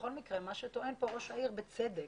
בכל מקרה, מה שטוען כאן ראש העיר, בצדק,